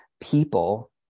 people